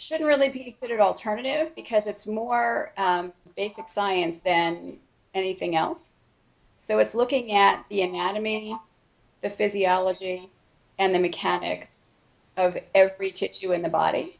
should really be a better alternative because it's more basic science then anything else so it's looking at the anatomy the physiology and the mechanics of every chit you in the body